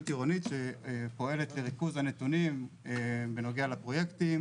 עירונית שפועלת לריכוז הנתונים בנוגע לפרויקטים.